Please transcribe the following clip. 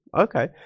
Okay